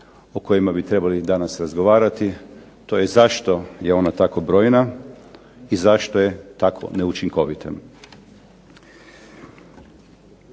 o kojima bi trebali danas razgovarati, to je zašto je ona tako brojna, i zašto je tako neučinkovita.